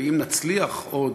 ואם נצליח עוד,